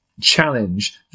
challenge